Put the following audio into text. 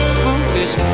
foolish